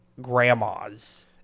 grandmas